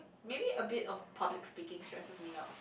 maybe a bit of public speaking stresses me out